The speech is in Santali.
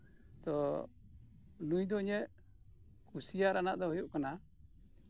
ᱛᱳ ᱱᱩᱭ ᱫᱚ ᱤᱧᱟᱹᱜ ᱠᱩᱥᱤᱭᱟᱜ ᱨᱮᱱᱟᱜ ᱫᱚ ᱦᱩᱭᱩᱜ ᱠᱟᱱᱟ